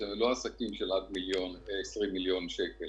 שזה לא עסקים של עד 20 מיליון שקל,